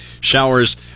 showers